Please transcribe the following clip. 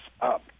up